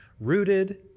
rooted